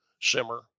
simmer